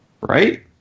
right